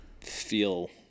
feel